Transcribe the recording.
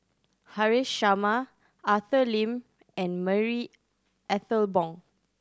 Haresh Sharma Arthur Lim and Marie Ethel Bong